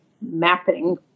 mapping